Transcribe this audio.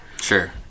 Sure